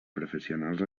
professionals